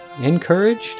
encouraged